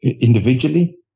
individually